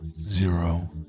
Zero